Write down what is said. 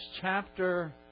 chapter